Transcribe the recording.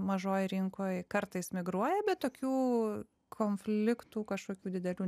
mažoj rinkoj kartais migruoja bet tokių konfliktų kažkokių didelių